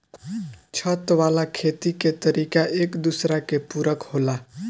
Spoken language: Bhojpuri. छत वाला खेती के तरीका एक दूसरा के पूरक होला